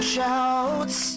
Shouts